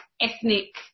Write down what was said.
ethnic